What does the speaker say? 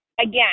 again